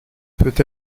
peut